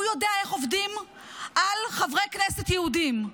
הוא יודע איך עובדים על חברי כנסת יהודים.